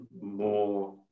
more